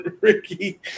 Ricky